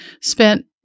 spent